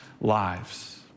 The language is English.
lives